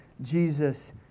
Jesus